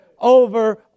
over